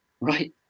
right